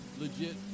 legit